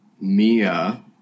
Mia